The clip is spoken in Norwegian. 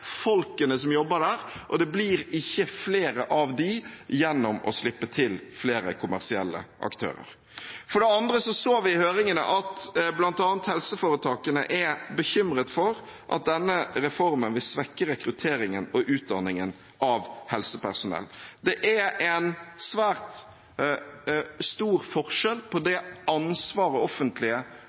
folkene som jobber der, og det blir ikke flere av dem gjennom å slippe til flere kommersielle aktører. For det andre så vi i høringene at bl.a. helseforetakene er bekymret for at denne reformen vil svekke rekrutteringen og utdanningen av helsepersonell. Det er en svært stor forskjell på det ansvaret offentlige